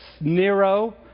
Nero